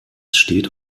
steht